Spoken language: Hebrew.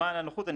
למען הנוחות,